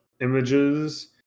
images